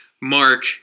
Mark